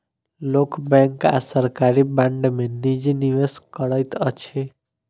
लोक बैंक आ सरकारी बांड में निजी निवेश करैत अछि